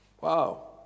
Wow